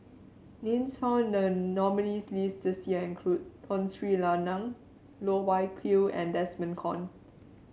names found in the nominees' list this year include Tun Sri Lanang Loh Wai Kiew and Desmond Kon